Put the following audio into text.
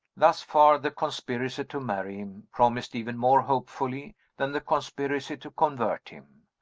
thus far, the conspiracy to marry him promised even more hopefully than the conspiracy to convert him.